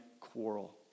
quarrel